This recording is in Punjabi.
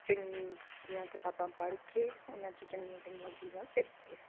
ਚੰਗੀਆਂ ਕਿਤਾਬਾਂ ਪੜ੍ਹ ਕੇ ਉਹਨਾਂ 'ਚੋਂ ਚੰਗੀਆਂ ਚੰਗੀਆਂ ਚੀਜ਼ਾਂ ਸਿੱਖ ਕੇ